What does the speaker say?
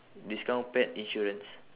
discount pet insurance